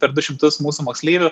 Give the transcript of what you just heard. per du šimtus mūsų moksleivių